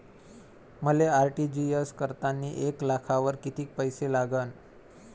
मले आर.टी.जी.एस करतांनी एक लाखावर कितीक पैसे लागन?